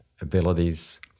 abilities